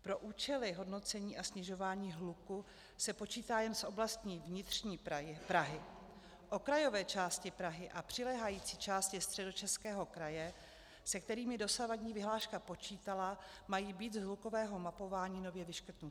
Pro účely hodnocení a snižování hluku se počítá jen s oblastmi vnitřní Prahy, okrajové části Prahy a přiléhající části Středočeského kraje, se kterými dosavadní vyhláška počítala, mají být z hlukového mapování nově vyškrtnuty.